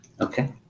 Okay